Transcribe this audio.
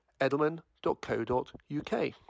edelman.co.uk